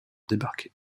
débarqué